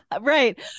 Right